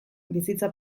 bizitza